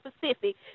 Pacific